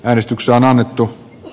äänestyksen annettu